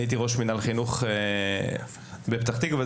אני הייתי ראש מינהל חינוך בפתח תקווה.